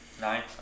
Nine